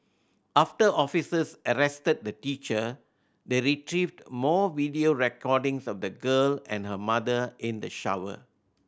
after officers arrested the teacher they retrieved more video recordings of the girl and her mother in the shower